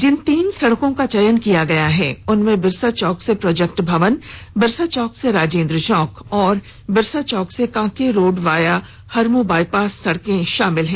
जिन तीन सड़कों का चयन किया गया है उनमें बिरसा चौक से प्रोजेक्ट भवन बिरसा चौक से राजेंद्र चौक और बिरसा चौक से Kanke road via Harmu bypass सड़क शामिल हैं